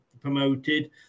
promoted